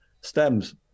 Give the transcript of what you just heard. stems